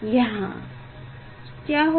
यहाँ क्या होगा